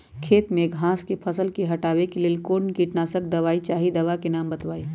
खेत में घास के फसल से हटावे के लेल कौन किटनाशक दवाई चाहि दवा का नाम बताआई?